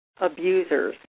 abusers